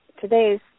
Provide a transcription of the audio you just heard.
today's